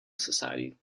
society